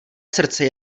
srdce